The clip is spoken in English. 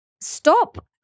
stop